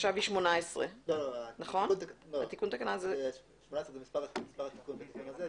עכשיו היא 18. 18 זה מספר התיקון בתיקון הזה,